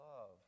love